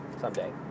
someday